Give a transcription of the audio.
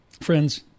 friends